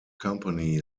company